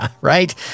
right